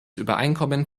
übereinkommen